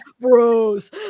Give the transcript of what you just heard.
bros